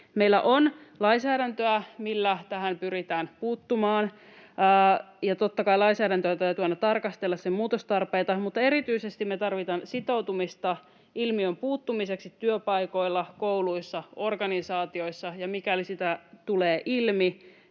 Meillä on lainsäädäntöä, millä tähän pyritään puuttumaan, ja totta kai lainsäädännössä täytyy aina tarkastella sen muutostarpeita, mutta erityisesti me tarvitaan sitoutumista ilmiöön puuttumiseksi työpaikoilla, kouluissa, organisaatioissa ja sitä, että mikäli sitä tulee ilmi,